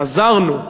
חזרנו,